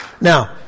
Now